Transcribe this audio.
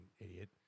idiot